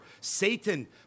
Satan